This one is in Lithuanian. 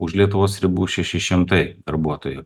už lietuvos ribų šeši šimtai darbuotojų